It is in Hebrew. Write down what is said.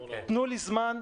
תנו לי זמן,